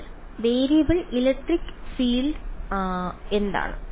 അപ്പോൾ variable electric field എന്താണ്